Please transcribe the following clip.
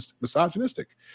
misogynistic